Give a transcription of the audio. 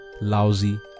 lousy